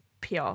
pr